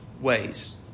ways